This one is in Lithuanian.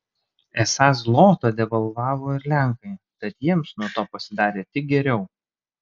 esą zlotą devalvavo ir lenkai tad jiems nuo to pasidarė tik geriau